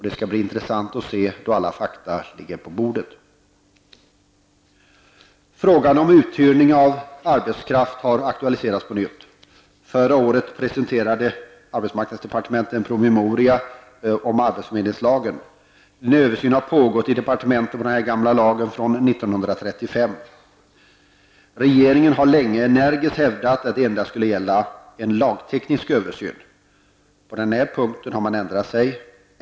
Det skall bli intressant att se resultatet härav då alla fakta ligger på bordet. Frågan om uthyrning av arbetskraft har på nytt aktualiserats. Förra året presenterade arbetsmarknadsdepartementet en promemoria om arbetsförmedlingslagen. En översyn har pågått i departementet av den här gamla lagen från år 1935. Regeringen har länge energiskt hävdat att det endast skulle gälla en lagteknisk översyn. På den här punkten har man ändrat sig.